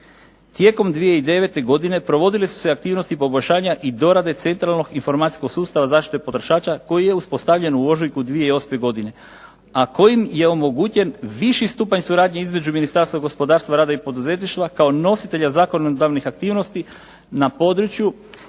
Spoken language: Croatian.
Tijekom 2009. godine provodile su se aktivnosti poboljšanja i dorade centralnog informacijskog sustava zaštite potrošača koji je uspostavljen u ožujku 2008. godine a kojim je omogućen viši stupanj suradnje između Ministarstva gospodarstva, rada i poduzetništva kao nositelja zakonodavnih aktivnosti na području